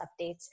updates